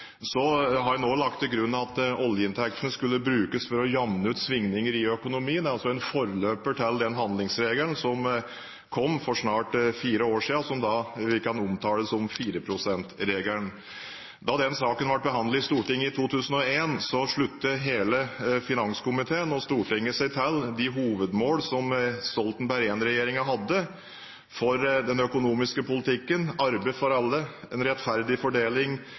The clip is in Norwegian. Så har en også lagt til grunn at oljeinntektene skulle brukes for å jevne ut svingninger i økonomien, altså en forløper til den handlingsregelen som kom for snart ti år siden, som vi kan omtale som 4 pst.-regelen. Da den saken ble behandlet i Stortinget i 2001, sluttet hele finanskomiteen og Stortinget seg til de hovedmål som Stoltenberg I-regjeringen hadde for den økonomiske politikken: arbeid for alle, en rettferdig fordeling,